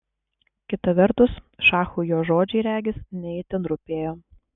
kita vertus šachui jo žodžiai regis ne itin rūpėjo